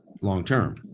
long-term